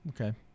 Okay